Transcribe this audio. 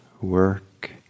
work